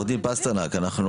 עו"ד פסטרנק, אנחנו